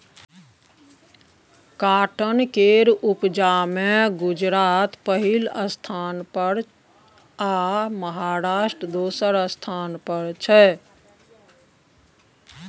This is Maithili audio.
काँटन केर उपजा मे गुजरात पहिल स्थान पर आ महाराष्ट्र दोसर स्थान पर छै